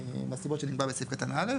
מהסיבות שנקבעו בסעיף קטן (א),